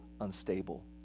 unstable